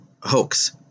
hoax